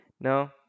No